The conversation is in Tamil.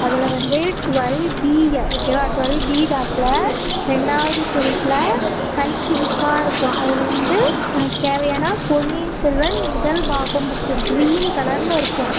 அதில் வந்து டுவெல் பியில் ஓகேவா டுவெல் பி ரேக்கில் ரெண்டாவது செல்ஃப்பில் கல்கி புக்காக இருக்கும் அதில் வந்து உனக்கு தேவையான பொன்னியின் செல்வன் முதல் பாகம் புக்கு கிரீன் கலரில் இருக்கும்